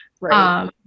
Right